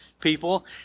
people